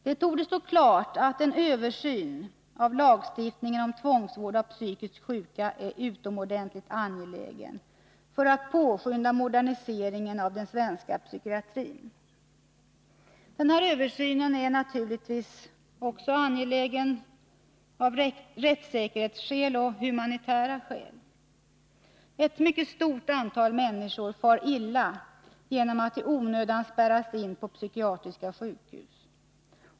Det torde stå klart att en översyn av lagstiftningen om tvångsvård av psykiskt sjuka är utomordentligt angelägen för att påskynda moderniseringen av den svenska psykiatrin. Översynen är naturligtvis även angelägen av rättssäkerhetsskäl och av humanitära skäl. Ett stort antal människor far illa genom att i onödan spärras in på psykiatriska sjukhus.